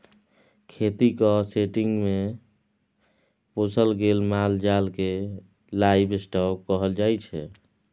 खेतीक सेटिंग्स मे पोसल गेल माल जाल केँ लाइव स्टाँक कहल जाइ छै